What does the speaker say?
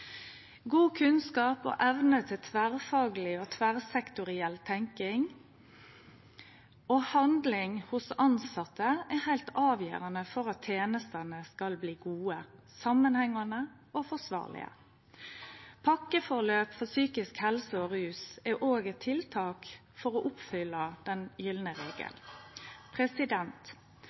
God kunnskap og evne til tverrfagleg og tverrsektoriell tenking og handling hos tilsette er heilt avgjerande for at tenestene skal bli gode, samanhengande og forsvarlege. Pakkeforløp for psykisk helse og rus er òg eit tiltak for å oppfylle «den gylne regel».